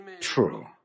true